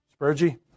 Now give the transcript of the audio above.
Spurgey